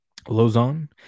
Lozon